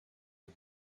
dem